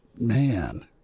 man